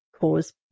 cause